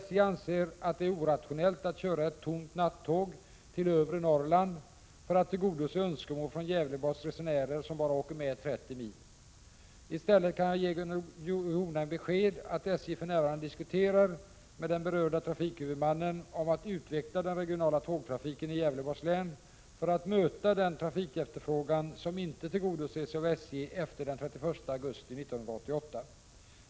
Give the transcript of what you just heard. SJ anser att det är orationellt att köra ett tomt nattåg till övre Norrland för att tillgodose önskemål från Gävleborgs resenärer som bara åker med 30 mil. I stället kan jag ge Gunnel Jonäng beskedet att SJ för närvarande diskuterar med den berörda trafikhuvudmannen om att utveckla den regionala tågtrafiken i Gävleborgs län för att möta den trafikefterfrågan som inte tillgodoses av SJ efter den 31 augusti 1988.